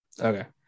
Okay